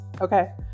Okay